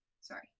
sorry